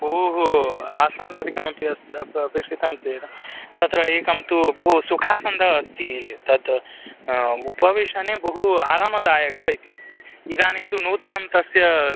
ओहो आसन्दादिकमपि अस्ति अस्ति अपेक्षितं चेद् तत्र एकं तु बहु सुखासन्दः अस्ति तत् उपवेशने बहु आरामदायकः इति इदानीं तु नूतनं तस्य